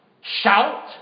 Shout